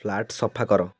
flat ସଫା କର